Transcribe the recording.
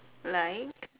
like